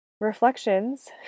reflections